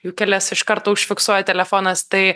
jų kelias iš karto užfiksuoja telefonas tai